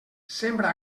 sembra